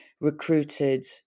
recruited